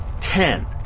Ten